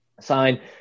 sign